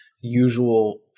usual